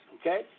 okay